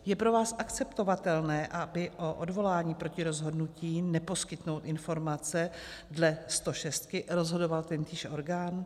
Je pro vás akceptovatelné, aby o odvolání proti rozhodnutí neposkytnout informace dle stošestky rozhodoval tentýž orgán?